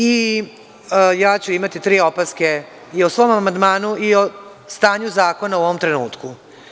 Imaću tri opaske i o svom amandmanu i o stanju zakona u ovom trenutku.